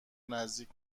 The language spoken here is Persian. نزدیک